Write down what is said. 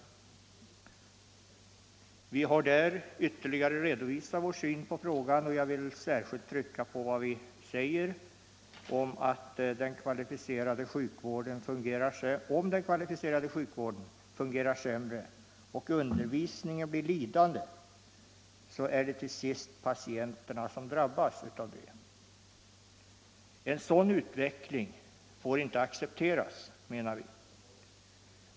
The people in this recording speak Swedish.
Vi här där ytterligare redovisat vår syn på frågan och jag vill särskilt trycka på vad vi säger där, att om den kvalificerade sjukvården fungerar sämre och undervisningen blir lidande är det till sist patienterna som drabbas. En sådan utveckling får inte accepteras.